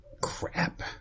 Crap